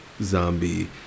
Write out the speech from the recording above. zombie